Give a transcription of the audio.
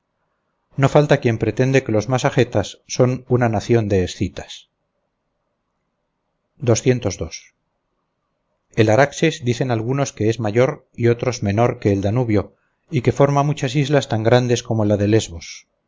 no falta quien pretende que los masagetas son una nación de escitas el araxes dicen algunos que es mayor y otros menor que el danubio y que forma muchas islas tan grandes como la de lesbos